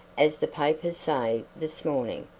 as the papers say this morning.